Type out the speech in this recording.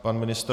Pan ministr?